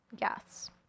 Yes